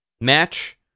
match